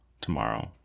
tomorrow